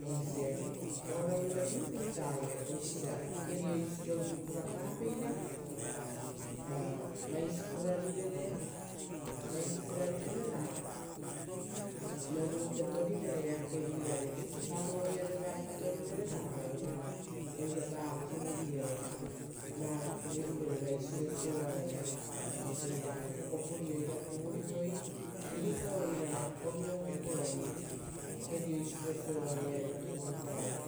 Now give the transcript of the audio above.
Eisi. Ari o raivavivu-ita aue, oisio osia kerioisirovi purapapeira ra vaisi purarivere ra voru petorivere eakevi-iare, tauo iare va petorivere ra voava va kuvurivere, va kuvuirevere vaisiro siovaraia eira kopukopuri, oira kuvurivoi, uvuipauei ra ovi rovu purari kerio isiro siovaraia oira kuvupaoro.